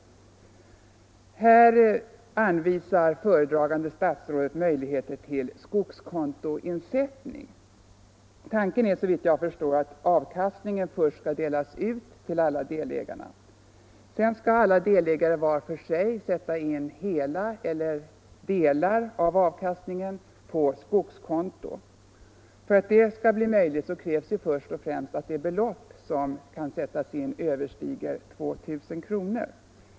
Föredragande statsrådet anvisar här möjligheter till skogskontoinsättning. Tanken är såvitt jag förstår att avkastningen först skall delas ut till alla delägarna. Sedan skall alla delägarna var för sig sätta in hela eller delar av avkastningen på skogskonto. För att det skall bli möjligt krävs först och främst att det belopp som kan sättas in överstiger 2 000 kr.